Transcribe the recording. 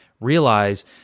realize